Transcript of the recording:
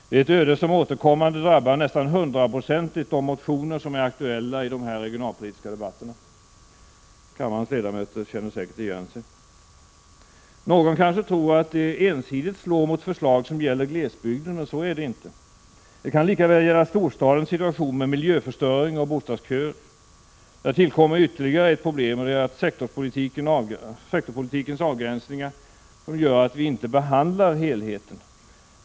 Det är ett öde som nästan hundraprocentigt återkommande drabbar de motioner som är aktuella i de regionalpolitiska debatterna. Kammarens ledamöter känner säkert igen sig. Någon kanske tror att det ensidigt slår mot förslag som gäller glesbygden, men så är det inte. Det kan lika väl gälla storstadens situation med miljöförstöring och bostadsköer. Därtill kommer ytterligare ett problem och det är sektorspolitikens avgränsningar, som gör att vi inte behandlar helheten.